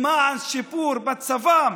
למען שיפור מצבם